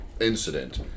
incident